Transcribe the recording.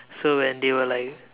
so when they were like